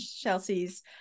Chelsea's